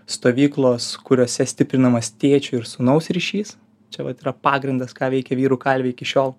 stovyklos kuriose stiprinamas tėčio ir sūnaus ryšys čia vat yra pagrindas ką veikia vyrų kalvė iki šiol